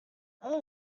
one